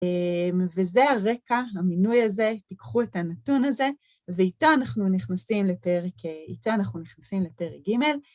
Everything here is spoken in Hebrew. אה... וזה הרקע, המינוי הזה, תיקחו את הנתון הזה, ואיתו אנחנו נכנסים לפרק אה... איתו אנחנו נכנסים לפרק ג'.